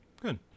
Good